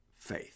faith